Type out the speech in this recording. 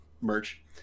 merch